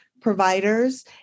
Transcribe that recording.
providers